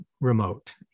remote